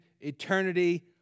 eternity